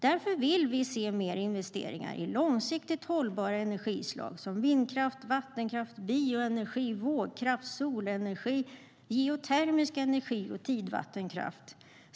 Därför vill vi se mer investeringar i långsiktigt hållbara energislag som vindkraft, vattenkraft, bioenergi, vågkraft, solenergi, geotermisk energi och tidvattenkraft.